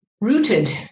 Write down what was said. Rooted